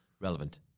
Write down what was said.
relevant